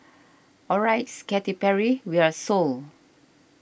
alright Katy Perry we're sold